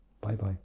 Bye-bye